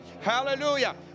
Hallelujah